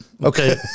Okay